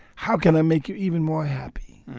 how can i make you even more happy?